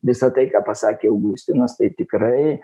visa tai ką pasakė augustinas tai tikrai